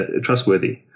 trustworthy